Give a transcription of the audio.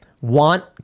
want